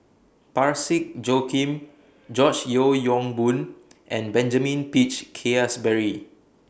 Parsick Joaquim George Yeo Yong Boon and Benjamin Peach Keasberry